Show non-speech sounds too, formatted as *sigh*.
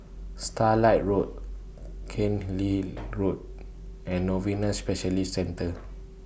Starlight Road *unintelligible* Road *noise* and Novena Specialist Centre